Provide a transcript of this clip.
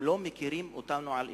הם לא מכירים אותנו על אמת.